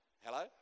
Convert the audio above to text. Hello